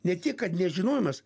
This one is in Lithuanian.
ne tiek kad nežinojimas